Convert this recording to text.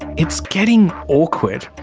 it's getting awkward.